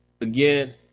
again